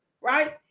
right